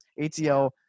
ATL